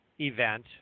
event